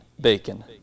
bacon